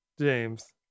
James